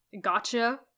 gotcha